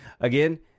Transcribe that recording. Again